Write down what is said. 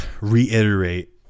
reiterate